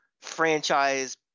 franchise